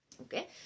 Okay